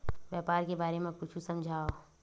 व्यापार के बारे म कुछु समझाव?